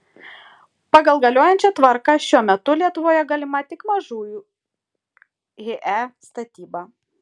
pagal galiojančią tvarką šiuo metu lietuvoje galima tik mažųjų he statyba